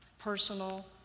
personal